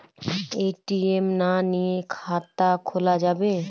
ATM না নিয়ে খাতা খোলা যাবে?